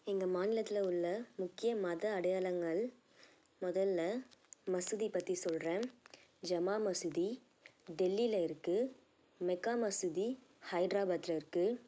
எங்கள் மாநிலத்தில் உள்ள முக்கிய மத அடையாளங்கள் முதலில் மசூதிப்பற்றி சொல்கிறேன் ஜமா மசூதி டெல்லியில இருக்குது மெக்கா மசூதி ஹைட்ராபாத்ல இருக்குது